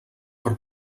per